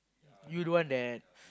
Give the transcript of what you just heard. you don't want that